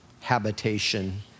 habitation